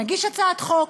נגיש הצעת חוק,